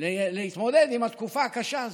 להתמודד עם התקופה הקשה הזאת,